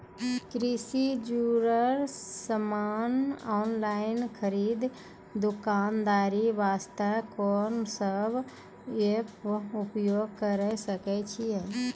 कृषि से जुड़ल समान ऑनलाइन खरीद दुकानदारी वास्ते कोंन सब एप्प उपयोग करें सकय छियै?